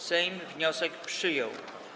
Sejm wniosek przyjął.